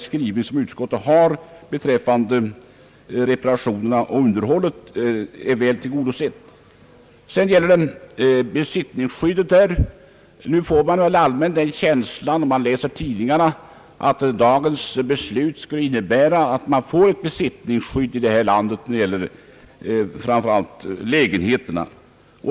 hyreslagstiftningen Utskottets skrivning beträffande reparationerna och underhållet tillgodoser väl hyresgästernas krav. Sedan gäller det besittningsskyddet. När man läser dagstidningarna får man väl allmänt känslan av att dagens beslut skulle innebära, att det blir ett besittningsskydd i detta land framför allt när det gäller bostadslägenheterna.